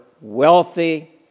wealthy